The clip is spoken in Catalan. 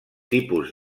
tipus